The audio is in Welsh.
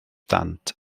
dant